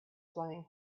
flying